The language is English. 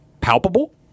palpable